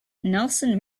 nelson